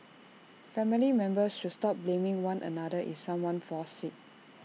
family members should stop blaming one another if someone falls sick